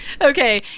Okay